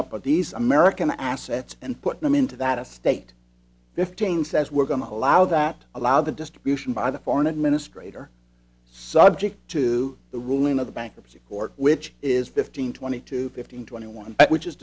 of these american assets and put them into that est fifteen says we're going to lao that allowed the distribution by the foreign administrator subject to the ruling of the bankruptcy court which is fifteen twenty two fifteen twenty one which is